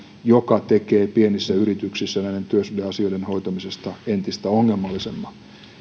mikä tekee pienissä yrityksissä näiden työsuhdeasioiden hoitamisesta entistä ongelmallisempaa